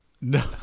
No